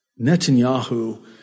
Netanyahu